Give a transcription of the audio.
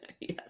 Yes